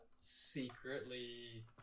secretly